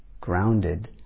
grounded